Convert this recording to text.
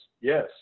yes